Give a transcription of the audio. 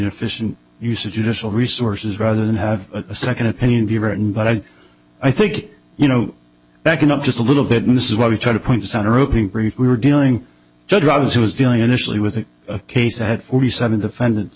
efficient use of judicial resources rather than have a second opinion be written but i i think you know backing up just a little bit and this is what we try to point to souter opening brief we were dealing drugs he was dealing initially with a case that had forty seven defendant